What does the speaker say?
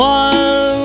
one